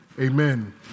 Amen